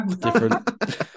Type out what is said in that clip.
different